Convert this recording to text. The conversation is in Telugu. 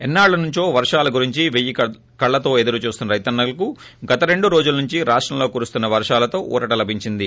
ఎన్నాళ్ళనుంచో వర్షాల గురించి పెయ్యి కళ్ళతో ఎదురుచూస్తున్న రైతన్న కు గతరెండు రోజులనుంచి రాష్టం లో కురుస్తున్న వరాలతో ఉరట లభించింది